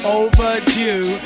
overdue